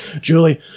Julie